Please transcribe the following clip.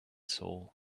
soul